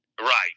Right